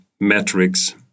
metrics